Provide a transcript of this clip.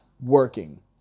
working